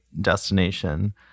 destination